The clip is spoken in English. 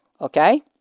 okay